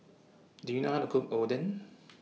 Do YOU know How to Cook Oden